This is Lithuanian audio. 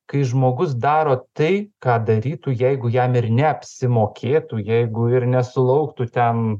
kai žmogus daro tai ką darytų jeigu jam ir neapsimokėtų jeigu ir nesulauktų ten